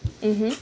mm